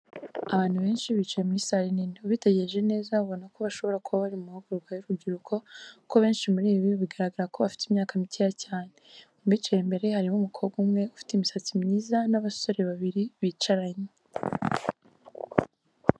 Abantu benshi bicaye muri sale nini. Ubitegereje neza ubona ko bashobora kuba bari mu mahugurwa y'urubyiruko kuko benshi muri bi bigaragara ko bafite imyaka mikeya cyane. Mu bicaye imbere harimo umukobwa umwe ufite imisatsi myiza n'abasore babiri bicaranye.